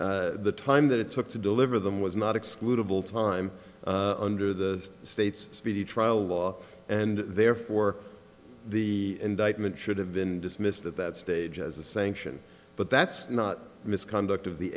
in the time that it took to deliver them was not excludable time under the state's speedy trial law and therefore the indictment should have been dismissed at that stage as a sanction but that's not misconduct